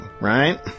right